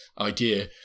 idea